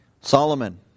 Solomon